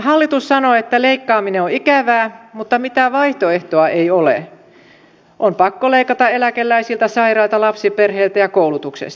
hallitus sanoo että leikkaaminen on ikävää mutta mitään vaihtoehtoa ei ole on pakko leikata eläkeläisiltä sairailta lapsiperheiltä ja koulutuksesta